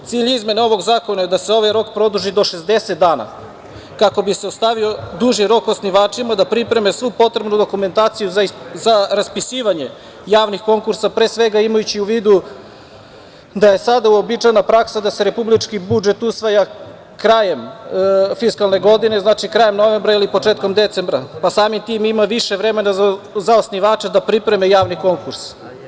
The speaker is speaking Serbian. Cilj izmena ovog zakona je da se ovaj rok produži do 60 dana kako bi se ostavio duži rok osnivačima da pripreme svu potrebnu dokumentaciju za raspisivanje javnih konkursa, pre svega imajući u vidu da je sada uobičajena praksa da se republički budžet usvaja krajem fiskalne godine, znači krajem novembra ili početkom decembra, pa samim tim ima više vremena za osnivača da pripreme javni konkurs.